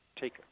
take